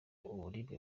uburibwe